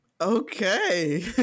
okay